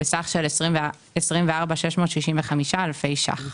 בסך של 24,665 אלפי ₪.